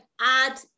add